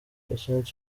patient